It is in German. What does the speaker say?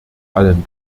allen